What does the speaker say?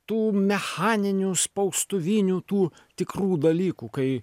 tų mechaninių spaustuvinių tų tikrų dalykų kai